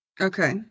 Okay